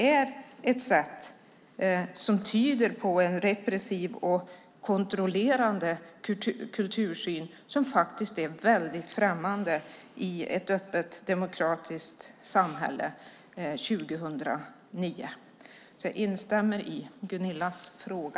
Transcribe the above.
Detta tyder på en repressiv och kontrollerande kultursyn som är främmande i ett öppet demokratiskt samhälle 2009. Jag instämmer i Gunillas fråga.